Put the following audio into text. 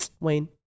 Wayne